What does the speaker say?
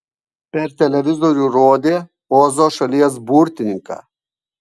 per televizorių rodė ozo šalies burtininką